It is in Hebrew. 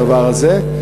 הדבר הזה,